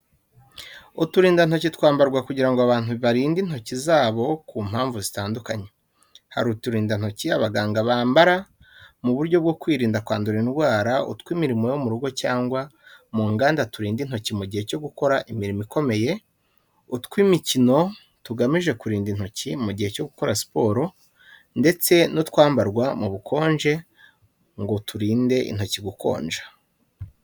Uturindantoki twambarwa kugira ngo abantu barinde intoki zabo ku mpamvu zitandukanye. Hari uturindantoki abaganga bambara mu buryo bwo kwirinda kwandura indwara, utw'imirimo yo mu rugo cyangwa mu nganda turinda intoki mu gihe cyo gukora imirimo ikomeye, utw’imikino tugamije kurinda intoki mu gihe cyo gukora siporo, ndetse n'utwambarwa mu bukonje ngo turinde intoki gukonja.